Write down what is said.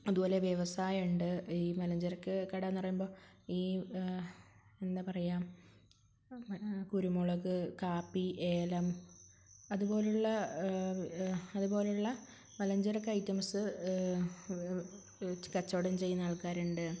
അതുപോലെ വ്യവസായമുണ്ട് ഈ മലഞ്ചരക്ക് കടയെന്ന് പറയുമ്പോള് ഈ എന്താണ് പറയുക കുരുമുളക് കാപ്പി ഏലം അതുപോലെയുള്ള അതുപോലെയുള്ള മലഞ്ചരക്ക് ഐറ്റംസ് കച്ചവടം ചെയ്യുന്ന ആൾക്കാരുണ്ട്